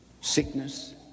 sickness